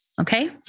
Okay